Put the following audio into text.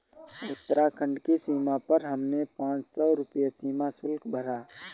उत्तराखंड की सीमा पर हमने पांच सौ रुपए सीमा शुल्क भरा